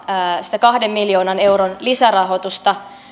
sitä kahden miljoonan euron lisärahoitusta